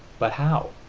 but how?